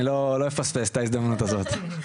אני לא אפספס את ההזדמנות הזאת.